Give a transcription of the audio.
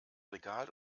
regal